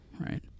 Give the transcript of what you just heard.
Right